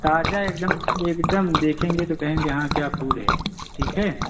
ताज़ा एक दम एक दम देखेंगे तो कहेंगे हाँ क्या फूल है ठीक है